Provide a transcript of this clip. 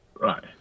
Right